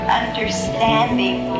understanding